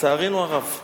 לצערנו הרב.